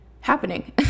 happening